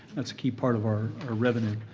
that's a key part of our ah revenue.